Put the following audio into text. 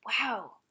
Wow